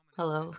Hello